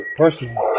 personally